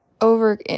over